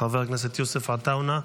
חבר הכנסת יוסף עטאונה,